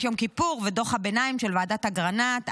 יום כיפור ודוח הביניים של ועדת אגרנט,